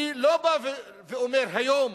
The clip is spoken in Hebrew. אני לא בא ואומר היום